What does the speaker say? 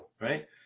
Right